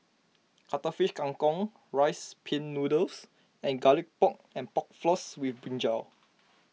Cuttlefish Kang Kong Rice Pin Noodles and Garlic Pork and Pork Floss with Brinjal